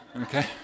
Okay